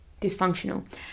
dysfunctional